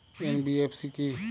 NBFC কী?